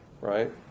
Right